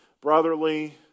brotherly